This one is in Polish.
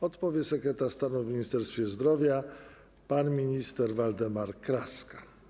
Odpowie sekretarz stanu w Ministerstwie Zdrowia pan minister Waldemar Kraska.